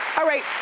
all right,